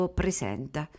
presenta